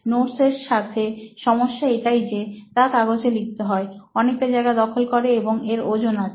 notes এর সাথে সমস্যা এটাই যে তা কাগজে লেখা হয় অনেকটা জায়গা দখল করে এবং এর ওজন আছে